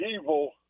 evil